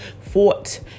fought